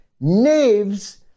Knaves